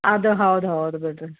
ಅದು ಹೌದು ಹೌದು ಬಿಡಿರಿ